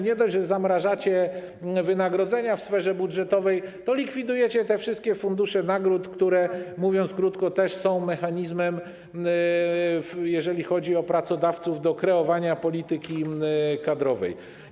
Nie dość, że zamrażacie wynagrodzenia w sferze budżetowej, to likwidujecie te wszystkie fundusze nagród, które, mówiąc krótko, też są mechanizmem, jeżeli chodzi o pracodawców, do kreowania polityki kadrowej.